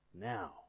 Now